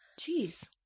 Jeez